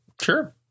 Sure